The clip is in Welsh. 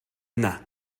yna